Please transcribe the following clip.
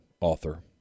author